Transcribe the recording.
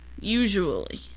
usually